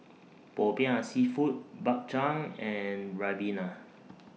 Popiah Seafood Bak Chang and Ribena